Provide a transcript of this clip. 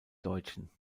deutschen